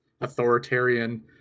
authoritarian